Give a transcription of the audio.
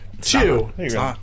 Two